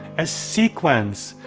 a sequence,